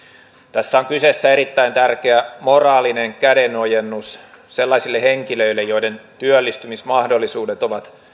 tässä on kyseessä erittäin tärkeä moraalinen kädenojennus sellaisille henkilöille joiden työllistymismahdollisuudet ovat